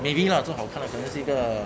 maybe lah 做好看可能是一个